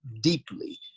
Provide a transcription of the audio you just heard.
deeply